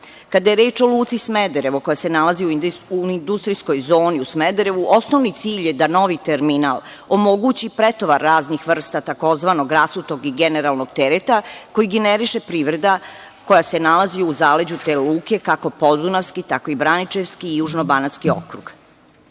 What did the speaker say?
je reč o Luci Smederevo, koja se nalazi u industrijskoj zoni u Smederevu, osnovni cilj je da novi terminal omogući pretovar raznih vrsta tzv. rasutog i generalnog tereta, koji generiše privreda koja se nalazi u zaleđu te luke, kako Podunavski, tako i Braničevski i Južnobanatski okrug. Ovo